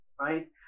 right